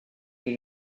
you